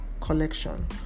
collection